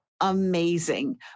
amazing